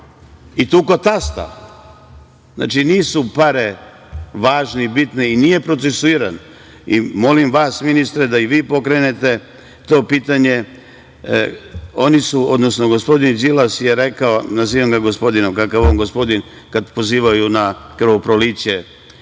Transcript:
je i tasta. Znači, nisu pare važne i bitne, i nije procesuiran. Molim i vas, ministre, da i vi pokrenete to pitanje. Gospodin Đilas je rekao, nazivam ga gospodinom, kakav on gospodin, kada pozivaju na krvoproliće,